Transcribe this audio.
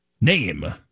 name